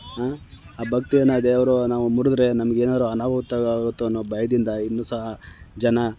ಆ ಭಕ್ತಿಯನ್ನು ದೇವರು ನಾವು ಮುರಿದ್ರೆ ನಮ್ಗೆ ಏನಾದ್ರೂ ಅನಾಹುತ ಆಗುತ್ತೋ ಅನ್ನೊ ಭಯದಿಂದ ಇನ್ನೂ ಸಹ ಜನ